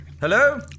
Hello